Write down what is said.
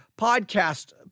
podcast